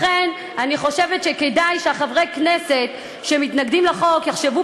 לכן אני חושבת שכדאי שחברי הכנסת שמתנגדים לחוק יחשבו